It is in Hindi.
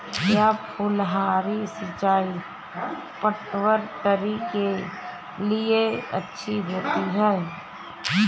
क्या फुहारी सिंचाई चटवटरी के लिए अच्छी होती है?